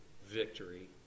victory